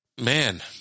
man